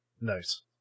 Nice